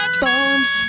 bombs